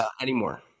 anymore